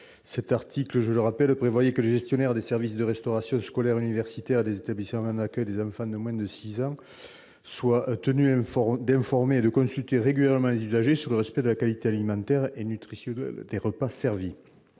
par Mme la rapporteur, qui prévoyait que les services gestionnaires des services de restauration scolaire, universitaire et des établissements d'accueil des enfants de moins de six ans soient tenus d'informer et de consulter régulièrement les usagers sur le respect de la qualité alimentaire et nutritionnelle des repas servis.